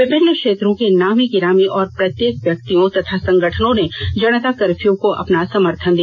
विभिन्न क्षेत्रों के नामी गिरामी और प्रेरक व्यक्तियों तथा संगठनों ने जनता कर्फयू को अपना समर्थन दिया